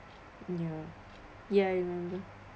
yeah ya remember